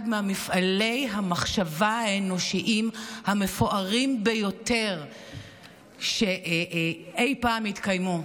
ממפעלי המחשבה האנושיים המפוארים ביותר שאי פעם התקיימו,